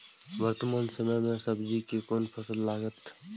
वर्तमान समय में सब्जी के कोन फसल लागत?